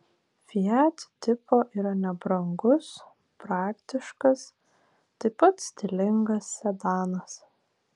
fiat tipo yra nebrangus praktiškas taip pat stilingas sedanas